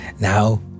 Now